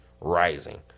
Rising